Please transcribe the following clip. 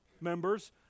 members